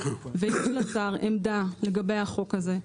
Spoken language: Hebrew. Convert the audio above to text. והציג השר עמדה לגבי החוק הזה,